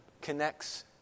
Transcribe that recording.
connects